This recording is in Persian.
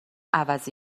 عوضی